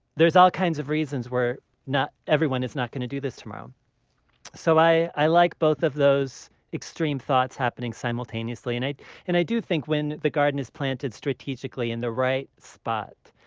there are all kinds of reasons where not everyone is not going to do this tomorrow um so i i like both of those extreme thoughts happening simultaneously. and i and i do think when the garden is planted strategically in the right spot,